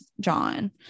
John